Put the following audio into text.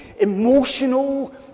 emotional